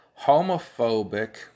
homophobic